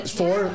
four